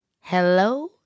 hello